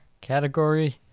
category